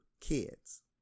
kids